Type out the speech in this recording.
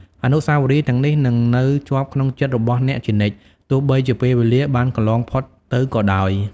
អនុស្សាវរីយ៍ទាំងនេះនឹងនៅជាប់ក្នុងចិត្តរបស់អ្នកជានិច្ច ទោះបីជាពេលវេលាបានកន្លងផុតទៅក៏ដោយ។